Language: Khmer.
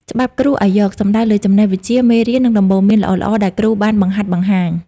«ច្បាប់គ្រូឱ្យយក» សំដៅលើចំណេះវិជ្ជា មេរៀន និងដំបូន្មានល្អៗដែលគ្រូបានបង្ហាត់បង្ហាញ។